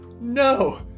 No